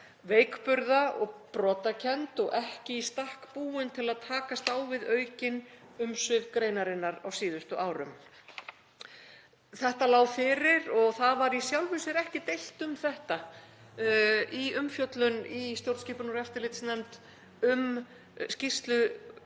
„veikburða og brotakennd og vart í stakk búin til að takast á við aukin umsvif greinarinnar á síðustu árum“. Þetta lá fyrir og það var í sjálfu sér ekki deilt um þetta í umfjöllun í stjórnskipunar- og eftirlitsnefnd um skýrslu